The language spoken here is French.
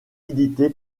édité